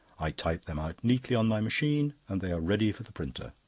i type them out neatly on my machine and they are ready for the printer.